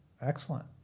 excellent